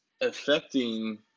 affecting